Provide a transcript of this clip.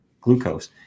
glucose